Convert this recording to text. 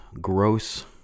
gross